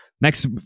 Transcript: Next